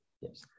yes